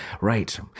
Right